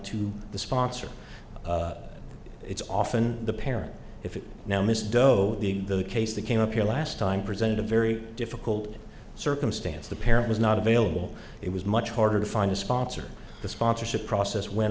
to the sponsor it's often the parent if it now miss doe being the case that came up here last time presented a very difficult circumstance the parent was not available it was much harder to find a sponsor the sponsorship process went